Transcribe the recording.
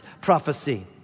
prophecy